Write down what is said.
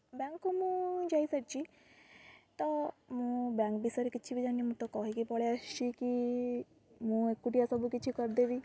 ବ୍ୟାଙ୍କକୁ ମୁଁ ଯାଇ ସାରିଛି ତ ମୁଁ ବ୍ୟାଙ୍କ ବିଷୟରେ କିଛି ବି ଜାଣିନି ମୁଁ ତ କହିକି ପଳାଇ ଆସିଛି କି ମୁଁ ଏକୁଟିଆ ସବୁ କିଛି କରିଦେବି